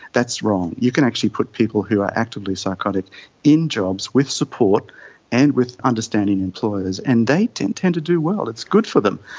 that's wrong. you can actually put people who are actively psychotic in jobs, with support and with understanding employers, and they and tend to do well, it's good for them,